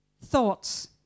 thoughts